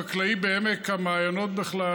חקלאי בעמק המעיינות בכלל,